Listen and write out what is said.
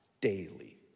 daily